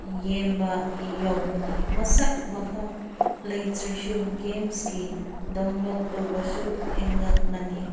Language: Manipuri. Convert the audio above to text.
ꯌꯦꯡꯕ ꯌꯥꯎꯕꯅꯤ ꯃꯁꯛ ꯃꯐꯝ ꯂꯩꯇ꯭ꯔꯁꯨ ꯒꯦꯝꯁꯀꯤ ꯗꯥꯎꯟꯂꯣꯠ ꯇꯧꯕꯁꯨ ꯍꯦꯟꯒꯠꯂꯅꯤ